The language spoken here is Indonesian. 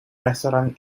restoran